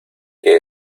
que